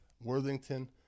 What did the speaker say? Worthington